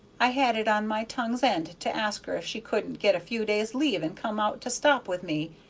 i had it on my tongue's end to ask her if she couldn't get a few days' leave and come out to stop with me,